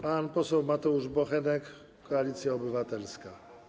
Pan poseł Mateusz Bochenek, Koalicja Obywatelska.